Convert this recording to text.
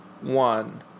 one